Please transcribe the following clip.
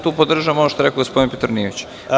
Tu podržavam ono što je rekao gospodin Petronijević.